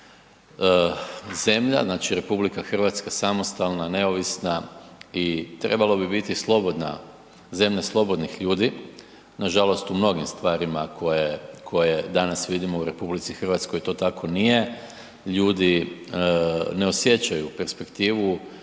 zemlja znači Republika Hrvatska samostalna, neovisna i trebalo bi biti slobodna, zemlja slobodnih ljudi, nažalost u mnogim stvarima koje danas vidimo u RH to tako nije. Ljudi ne osjećaju perspektivu,